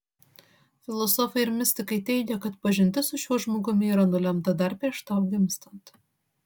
filosofai ir mistikai teigia kad pažintis su šiuo žmogumi yra nulemta dar prieš tau gimstant